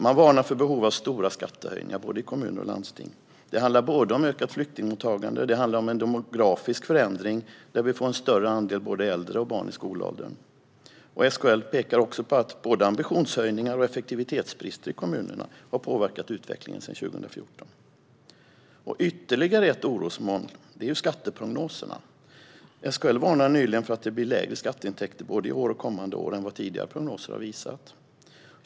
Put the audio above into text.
Man varnar för behov av stora skattehöjningar i både kommuner och landsting. Det handlar om ett ökat flyktingmottagande. Det handlar om en demografisk förändring - vi får en större andel äldre och barn i skolåldern. SKL pekar också på att både ambitionshöjningar och effektivitetsbrister i kommunerna har påverkat utvecklingen sedan 2014. Ytterligare ett orosmoln är skatteprognoserna. SKL varnade nyligen för att det blir lägre skatteintäkter både i år och kommande år än vad tidigare prognoser har visat.